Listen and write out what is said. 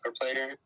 player